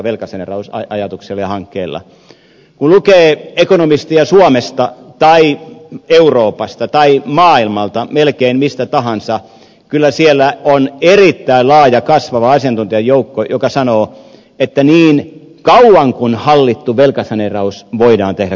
kun lukee ekonomisteja suomesta tai euroopasta tai maailmalta melkein mistä tahansa kyllä siellä on erittäin laaja kasvava asiantuntijajoukko joka sanoo että niin kauan kuin hallittu velkasaneeraus voidaan tehdä korostan